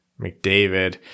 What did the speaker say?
McDavid